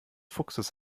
fuchses